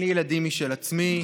אין לי ילדים משל עצמי.